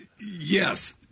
Yes